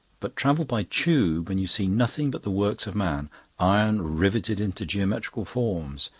but travel by tube and you see nothing but the works of man iron riveted into geometrical forms,